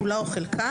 כולה או חלקה,